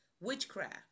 Witchcraft